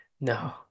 No